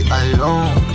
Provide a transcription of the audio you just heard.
alone